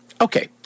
Okay